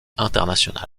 international